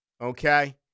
okay